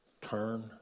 turn